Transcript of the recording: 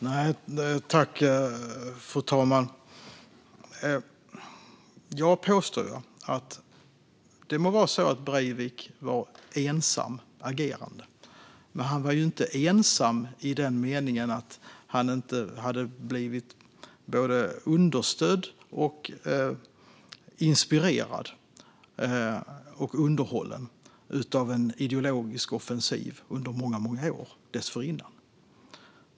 Fru talman! Jag påstår att det må vara så att Breivik agerade ensam, men han var inte ensam i så måtto att han inte hade blivit understödd, inspirerad och underhållen av en ideologisk offensiv under många år dessförinnan.